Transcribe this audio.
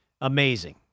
Amazing